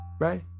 Right